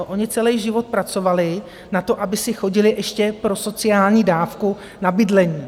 Oni celý život pracovali na to, aby se chodili ještě pro sociální dávku na bydlení.